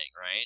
right